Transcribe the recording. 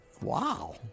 Wow